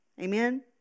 Amen